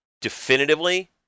definitively